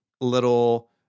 little